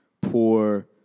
poor